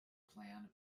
planned